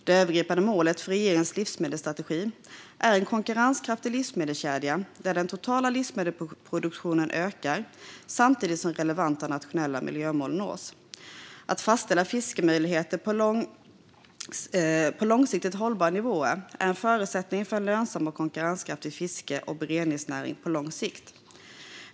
Det övergripande målet för regeringens livsmedelsstrategi är en konkurrenskraftig livsmedelskedja där den totala livsmedelsproduktionen ökar samtidigt som relevanta nationella miljömål nås. Att fastställa fiskemöjligheter på långsiktigt hållbara nivåer är en förutsättning för en lönsam och konkurrenskraftig fiske och beredningsnäring på lång sikt.